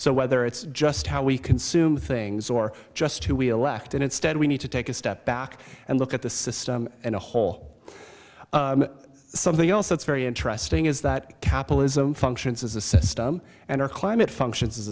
so whether it's just how we consume things or just who we elect and instead we need to take a step back and look at the system in a whole something else that's very interesting is that capitalism functions as a system and our climate functions